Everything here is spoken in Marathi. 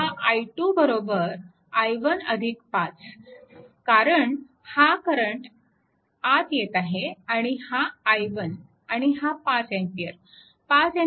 हा i2 i1 5 कारण हा करंट आत येत आहे आणि हा i1 आणि 5A